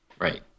Right